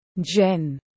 Jen